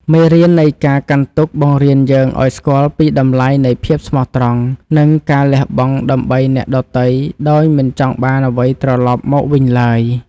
មេរៀននៃការកាន់ទុក្ខបង្រៀនយើងឱ្យស្គាល់ពីតម្លៃនៃភាពស្មោះត្រង់ និង ការលះបង់ដើម្បីអ្នកដទៃដោយមិនចង់បានអ្វីត្រឡប់មកវិញឡើយ។